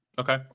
Okay